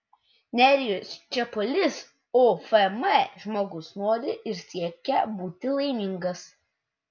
nerijus čepulis ofm žmogus nori ir siekia būti laimingas